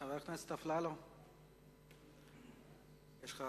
חבר הכנסת אלי אפללו, יש לך